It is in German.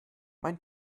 mein